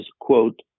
quote